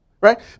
Right